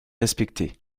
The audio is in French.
respecté